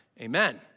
amen